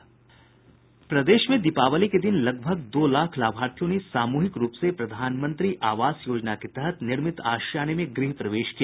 प्रदेश में दीपावली के दिन लगभग दो लाख लाभार्थियों ने सामूहिक रुप से प्रधानमंत्री आवास योजना के तहत निर्मित आशियाने में गृह प्रवेश किया